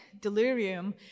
delirium